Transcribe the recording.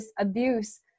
abuse